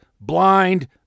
blind